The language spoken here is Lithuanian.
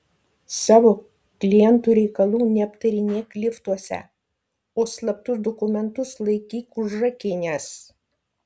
savo klientų reikalų neaptarinėk liftuose o slaptus dokumentus laikyk užrakinęs